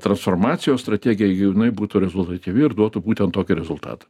transformacijos strategija jei jinai būtų rezultatyvi ir duotų būtent tokį rezultatą